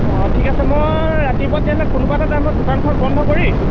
অঁ ঠিক আছে মই ৰাতিপুৱা তেনেহ'লে কোনোবা এটা টাইমত দোকানখন বন্ধ কৰি